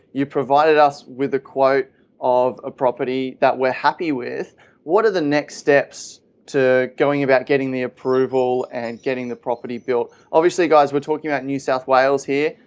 you've provided us with a quote of ah property that we're happy with what are the next steps to going about getting the approval and getting the property built? obviously guys, we're talking about new south wales here,